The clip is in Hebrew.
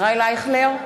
ישראל אייכלר,